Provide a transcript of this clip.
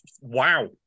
Wow